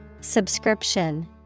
Subscription